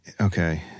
okay